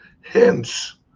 hence